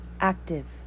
Active